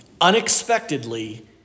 unexpectedly